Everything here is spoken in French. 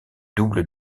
double